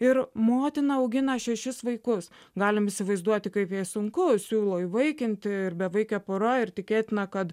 ir motina augina šešis vaikus galim įsivaizduoti kaip sunku siūlo įvaikinti ir bevaikė pora ir tikėtina kad